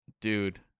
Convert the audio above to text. dude